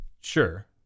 Sure